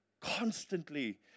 Constantly